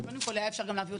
קודם כול אפשר היה להביא אותן,